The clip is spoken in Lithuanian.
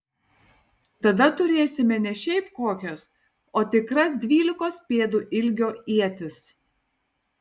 tada turėsime ne šiaip kokias o tikras dvylikos pėdų ilgio ietis